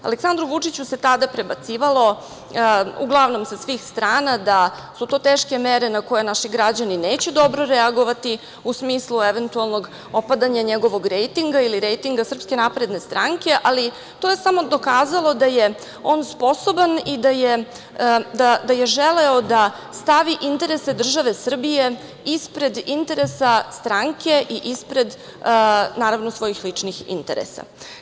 Aleksandru Vučiću se tada prebacivalo uglavnom sa svih strana da su to teške mere na koje naši građani neće dobro reagovati u smislu eventualnog opadanja njegovog rejtinga ili rejtinga SNS, ali to je samo dokazalo da je on sposoban i da je želeo da stavi interese države Srbije ispred interesa stranke i ispred naravno svojih ličnih interesa.